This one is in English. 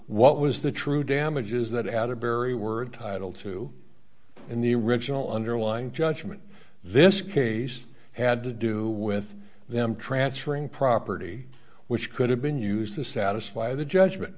what was the true damages that had a very word title two in the original underlying judgment this case had to do with them transferring property which could have been used to satisfy the judgment